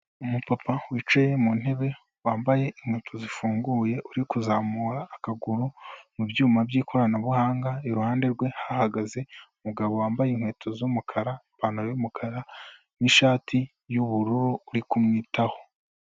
Umupapa wicaye mu ntebe wambaye inkweto zifunguye uri kuzamura akaguru mu byuma by'ikoranabuhanga, iruhande rwe hahagaze umugabo wambaye inkweto z'umukara ipantaro y'umukara n'ishati y'ubururu uri kumwitaho.